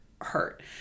hurt